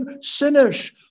sinners